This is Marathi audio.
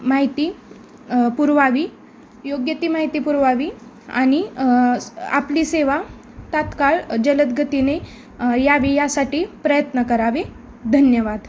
माहिती पुरवावी योग्य ती माहिती पुरवावी आणि आपली सेवा तात्काळ जलद गतीने यावी यासाठी प्रयत्न करावे धन्यवाद